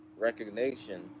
recognition